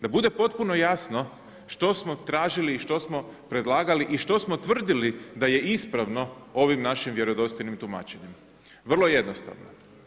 Da bude potpuno jasno što smo tražili i što smo predlagali i što smo tvrdili da je ispravno ovim našim vjerodostojnim tumačenjem, vrlo je jednostavno.